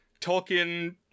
Tolkien